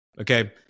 Okay